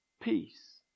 peace